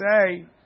say